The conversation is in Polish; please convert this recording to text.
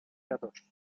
radości